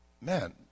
man